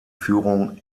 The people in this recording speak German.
führung